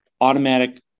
automatic